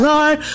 Lord